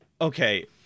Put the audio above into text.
Okay